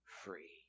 free